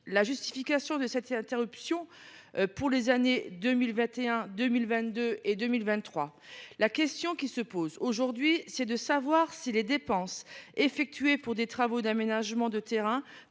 la justification de cette interruption pour les années 2021, 2022 et 2023. Il s’agit maintenant de savoir si les dépenses effectuées pour des travaux d’aménagement de terrains